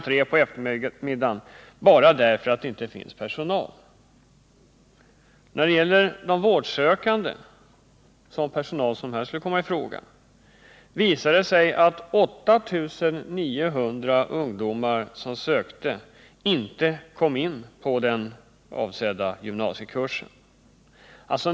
3 på eftermiddagen bara därför att det inte finns personal? När det gäller de sökande till vårdlinjen visade det sig att 8 900 som sökte inte kom in på sådan gymnasiekurs.